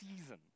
season